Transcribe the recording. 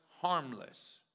harmless